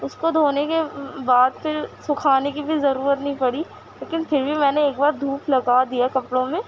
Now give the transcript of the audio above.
اس کو دھونے کے بعد پھر سکھانے کی بھی ضرورت نہیں پڑی لیکن پھر بھی میں نے ایک بار دھوپ لگا دیا کپڑوں میں